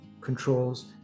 controls